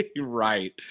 Right